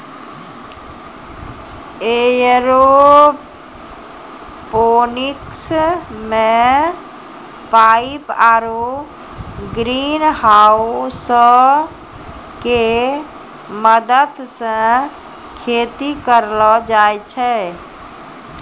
aeroponics मे pipe आरु ग्रीनहाउसो के मदत से खेती करलो जाय छै